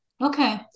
Okay